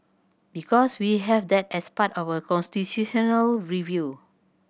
because we have that as part of constitutional review